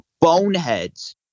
boneheads